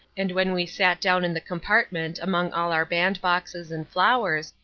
and when we sat down in the compartment among all our bandboxes and flowers,